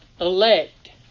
elect